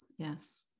Yes